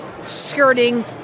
skirting